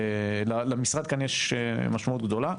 למשרד פה יש משמעות גדולה.